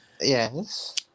Yes